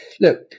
look